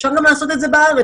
אפשר לעשות את זה גם בארץ,